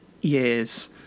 years